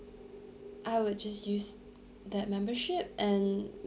I will just use that membership and